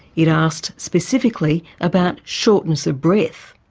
it asked specifically about shortness of breath,